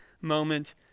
moment